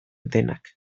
denak